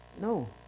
No